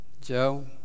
joe